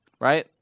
right